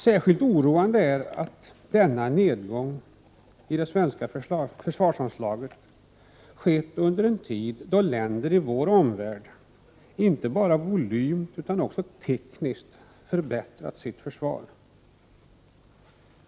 Särskilt oroande är att denna nedgång i det svenska försvarsanslaget skett under en tid då länder i vår omvärld inte bara volymmässigt utan också tekniskt förbättrat sitt försvar.